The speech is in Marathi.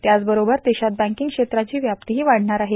त्याचबरोबर देशात बँकिंग क्षेत्राची व्याप्तीही वाढणार आहे